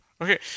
Okay